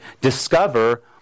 discover